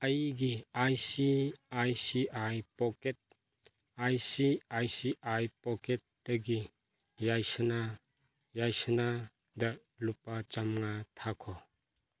ꯑꯩꯒꯤ I C I C I pocket I C I C I ꯄꯣꯛꯀꯦꯠꯇꯒꯤ ꯌꯥꯏꯁꯅꯥ ꯌꯥꯏꯁꯅꯥꯗ ꯂꯨꯄꯥ ꯆꯥꯝꯃꯉꯥ ꯊꯥꯈꯣ